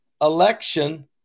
election